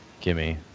gimme